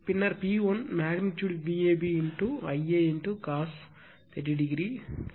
பின்னர் P1 magnitude Vab Ia cos 30 o